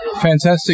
fantastic